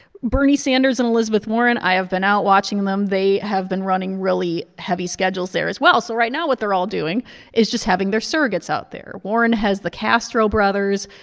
bernie sanders and elizabeth warren i have been out watching them. they have been running really heavy schedules there as well. so right now what they're all doing is just having their surrogates out there. warren has the castro brothers.